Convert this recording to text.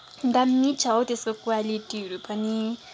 दामी छ हो त्यसको क्वालिटीहरू पनि